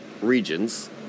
regions